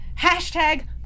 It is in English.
hashtag